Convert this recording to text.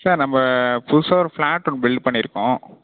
sir நம்ப புதுசாக ஒரு ஃபிளாட் ஒன்று பில்ட் பண்ணிருக்கோம்